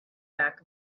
back